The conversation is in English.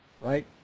Right